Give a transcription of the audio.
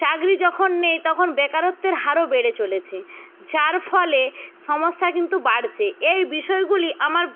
চাকরি যখন নেই তখন বেকারত্বের হারও বেড়ে চলেছে যার ফলে সমস্যা কিন্তু বাড়ছে এই বিষয়গুলি আমার